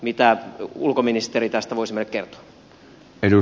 mitä ulkoministeri tästä voisi meille kertoa